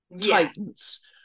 titans